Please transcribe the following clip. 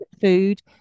food